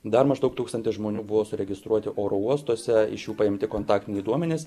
dar maždaug tūkstantis žmonių buvo suregistruoti oro uostuose iš jų paimti kontaktiniai duomenys